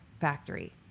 factory